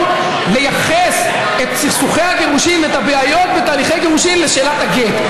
לייחס את סכסוכי הגירושים ואת הבעיות בתהליכי גירושים לשאלת הגט.